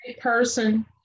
person